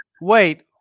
wait